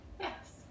Yes